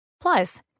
Plus